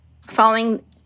Following